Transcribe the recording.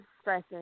stressing